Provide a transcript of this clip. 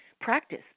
practice